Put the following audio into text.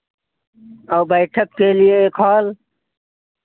औ बैठक के लिए एक हॉल